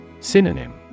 Synonym